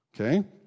Okay